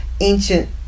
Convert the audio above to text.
ancient